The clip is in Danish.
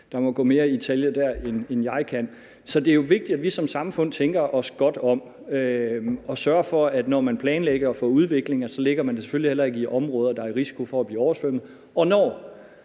der må gå mere i detaljer der, end jeg kan. Det er jo vigtigt, at vi som samfund tænker os godt om og sørger for, at når man planlægger at få udvikling, så lægger man det selvfølgelig ikke i områder, der er i risiko for at blive oversvømmet, og når